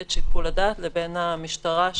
את שיקול הדעת לבין המשטרה שנמצאת בשטח.